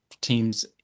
teams